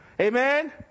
Amen